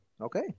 Okay